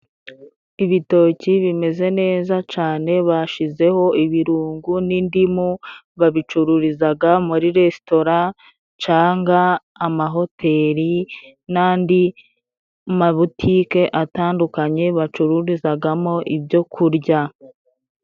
Ibitoki bimeze neza cane bashizeho ibirungo n'indimu babicururizaga muri resitora cangwa amahoteri n'andi mabutike atandukanye bacururizagamo ibyo kurya.